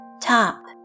Top